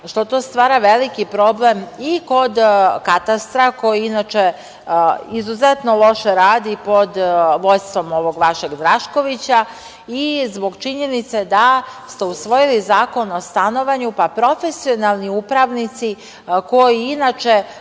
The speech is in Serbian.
što to stvara veliki problem i kod Katastra, koji izuzetno loše radi pod vođstvom ovog vašeg Draškovića i zbog činjenice da ste usvojili zakon o stanovanju, pa profesionalni upravnici koji inače